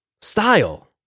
Style